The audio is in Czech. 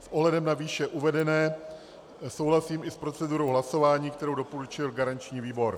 S ohledem na výše uvedené souhlasím i s procedurou hlasování, kterou doporučil garanční výbor.